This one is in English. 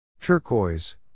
Turquoise